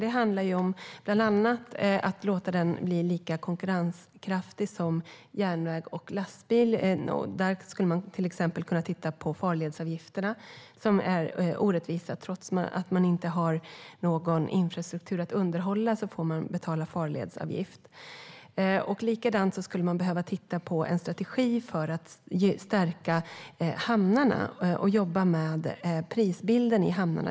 Det handlar bland annat om att låta den bli lika konkurrenskraftig som järnväg och lastbil. Där skulle man till exempel kunna titta på farledsavgifterna som är orättvisa, för trots att det inte finns någon infrastruktur att underhålla ska farledsavgift betalas. På samma sätt skulle man behöva titta på en strategi för att stärka hamnarna och jobba med prisbilden där.